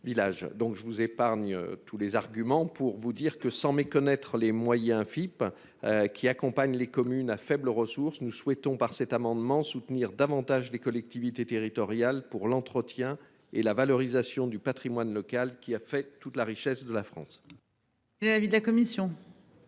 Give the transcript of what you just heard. je vous épargne tous les arguments pour vous dire que sans méconnaître les moyens Philippe qui accompagnent les communes à faibles ressources, nous souhaitons par cet amendement soutenir davantage les collectivités territoriales pour l'entretien et la valorisation du Patrimoine local qui a fait toute la richesse de la France.